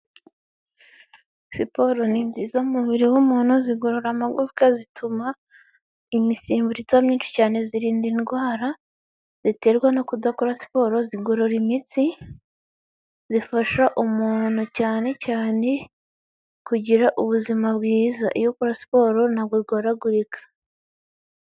Siporo ni nziza mu mubiri w'umuntu zigorora amagufwa, zituma imisemburo itaba myinshi cyane, zirinda indwara ziterwa no kudakora siporo, zigorora imitsi, zifasha umuntu cyane cyane kugira ubuzima bwiza, iyo ukora siporo ntabwo urwaragurika.